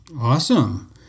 Awesome